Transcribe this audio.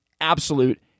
absolute